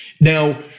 Now